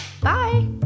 Bye